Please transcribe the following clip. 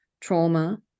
trauma